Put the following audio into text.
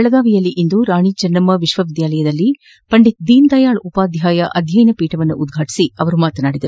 ಬೆಳಗಾವಿಯಲ್ಲಿಂದು ರಾಣಿ ಚೆನ್ನಮ್ಮ ವಿಶ್ವವಿದ್ಯಾಲಯದಲ್ಲಿ ಪಂಡಿತ್ ದೀನದಯಾಳ್ ಉಪಾಧ್ಯಾಯ ಅಧ್ಯಯನ ಪೀಠವನ್ನು ಉದ್ಘಾಟಿಸಿ ಅವರು ಮಾತನಾಡಿದರು